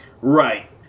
Right